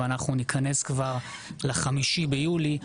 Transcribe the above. ואנחנו נכנס כבר ל-5 ביולי,